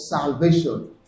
salvation